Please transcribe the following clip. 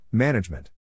Management